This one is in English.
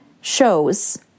shows